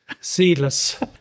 seedless